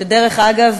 שדרך אגב,